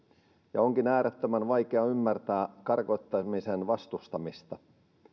ja onkin äärettömän vaikea ymmärtää karkottamisen vastustamista